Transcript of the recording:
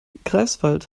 greifswald